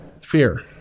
fear